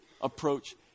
approach